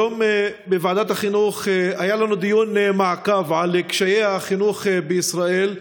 היום בוועדת החינוך היה לנו דיון מעקב על קשיי החינוך בישראל,